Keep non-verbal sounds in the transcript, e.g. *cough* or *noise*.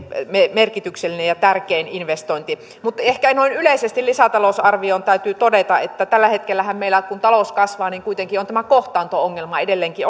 merkityksellinen ja tärkein investointi mutta ehkä noin yleisesti lisätalousarvioon täytyy todeta että tällä hetkellähän meillä kun talous kasvaa kuitenkin on tämä kohtaanto ongelma edelleenkin *unintelligible*